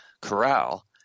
Corral